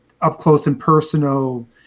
up-close-and-personal